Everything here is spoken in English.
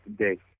today